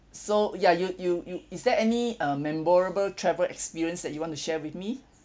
so ya you you you is there any uh memorable travel experience that you want to share with me